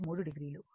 3o